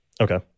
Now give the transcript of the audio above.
Okay